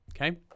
okay